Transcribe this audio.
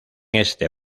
este